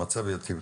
המצב יטיב,